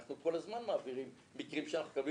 אנחנו כל הזמן מעבירים מקרים שאנחנו מקבלים